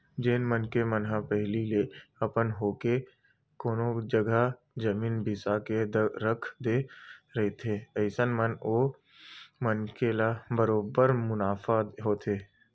जेन मनखे मन ह पहिली ले अपन होके कोनो जघा जमीन बिसा के रख दे रहिथे अइसन म ओ मनखे ल बरोबर मुनाफा होथे